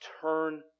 turn